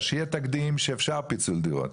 שיהיה תקדים שאפשר פיצול דירות.